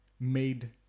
made